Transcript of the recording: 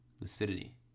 lucidity